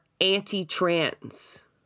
anti-trans